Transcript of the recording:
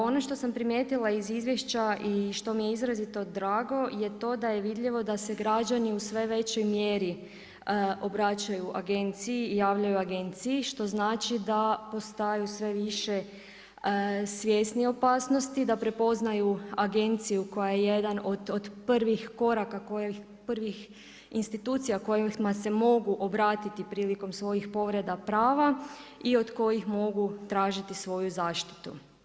Ono što sam primijetila iz Izvješća i što mi je izrazito drago je to da je vidljivo da se građani u sve većoj mjeri obraćaju Agenciji i javljaju Agenciji što znači da postaju sve više svjesni opasnosti, da prepoznaju Agenciju koja je jedan od prvih koraka, prvih institucija kojima se mogu obratiti prilikom svojih povreda prava i od kojih mogu tražiti svoju zaštitu.